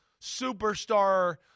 superstar